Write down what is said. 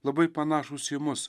labai panašūs į mus